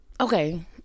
Okay